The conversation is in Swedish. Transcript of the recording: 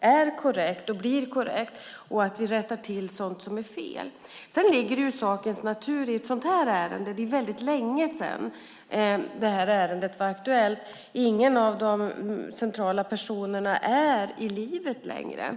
är korrekt och blir korrekt och att vi rättar till sådant som är fel. Nu är det väldigt länge sedan det här ärendet var aktuellt. Ingen av de centrala personerna är i livet längre.